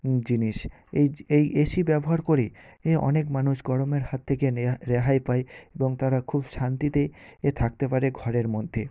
জিনিস এই যে এই এ সি ব্যবহার করে এ অনেক মানুষ গরমের হাত থেকে নেহাত রেহাই পায় এবং তারা খুব শান্তিতে এ থাকতে পারে ঘরের মধ্যে